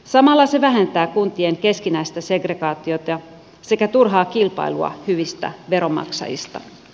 samalla se vähentää kuntien keskinäistä segregaatiota sekä turhaa kilpailua hyvistä veronmaksajista